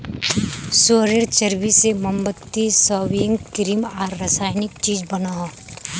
सुअरेर चर्बी से मोमबत्ती, सेविंग क्रीम आर रासायनिक चीज़ बनोह